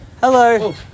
Hello